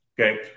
okay